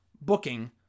booking